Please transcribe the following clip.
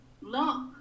look